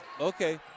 Okay